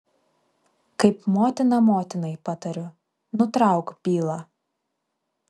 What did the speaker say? kaip motina motinai patariu nutrauk bylą